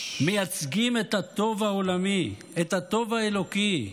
מייצגים את הטוב העולמי, את הטוב האלוקי,